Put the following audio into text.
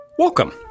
Welcome